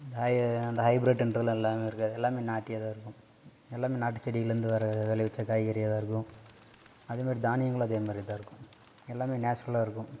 high அந்த ஹைபிரிட்ன்றதுலாம் எல்லாமே இருக்காது எல்லாமே நாட்டியாகதான் இருக்கும் எல்லாமே நாட்டு செடிலேர்ந்து வர விளைவிச்ச காய்கறியாகதான் இருக்கும் அதேமாதிரி தானியங்களும் அதேமாதிரியே தான் இருக்கும் எல்லாமே நேச்சுரலாக இருக்கும்